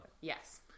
Yes